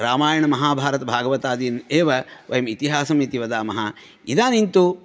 रामायणमहाभारतभागवतादीन् एव वयम् इतिहासम् इति वदामः इदानीन्तु